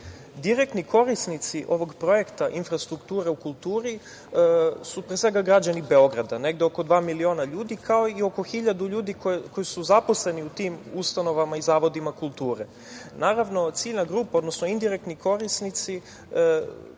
korisnici ovog projekta - Infrastruktura u kulturi su, pre svega, građani Beograda, negde oko dva miliona ljudi, kao i oko hiljadu ljudi koji su zaposleni u tim ustanovama i zavodima kulture. Naravno, ciljna grupa, odnosno indirektni korisnici,